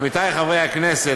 עמיתי חברי הכנסת,